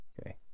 Okay